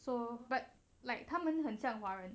so but like 他们很像华人